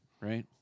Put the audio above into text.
right